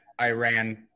Iran